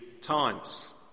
times